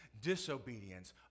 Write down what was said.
disobedience